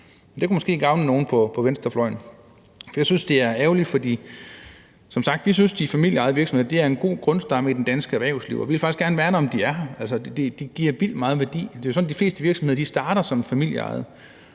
Det kunne måske gavne nogen på venstrefløjen. For jeg synes, det er ærgerligt. Vi synes som sagt, at de familieejede virksomheder er en god grundstamme i det danske erhvervsliv, og vi vil faktisk gerne værne om, at de er her. Altså, de giver vildt meget værdi. Det er jo sådan, at de fleste virksomheder starter som familieejede.